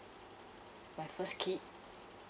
my first kid